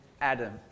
Adam